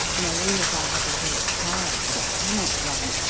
knowing that i have awoke tired and cannot run,